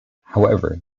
however